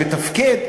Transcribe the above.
שמתפקד,